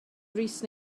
brys